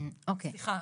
סליחה,